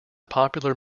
popular